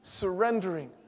surrendering